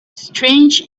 strange